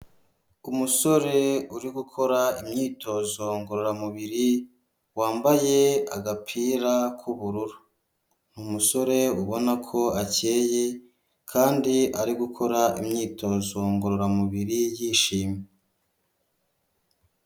Umusore uri gukora imyitozo ngororamubiri, wambaye agapira k'ubururu. Umusore ubona ko acyeye, kandi ari gukora imyitozo ngororamubiri yishimye.